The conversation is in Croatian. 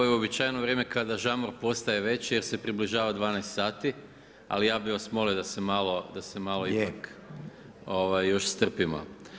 Ovo je uobičajeno vrijeme kada žamor postaje veći, jer se približava 12 sati, ali ja bi vas molio da se malo ipak još strpimo.